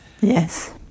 Yes